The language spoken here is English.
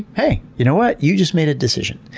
hey, you know what? you just made a decision.